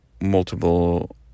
multiple